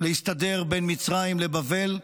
להסתדר בין מצרים לבבל,